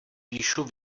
píšu